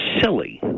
silly